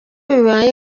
bibaye